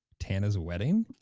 turner's a wedding.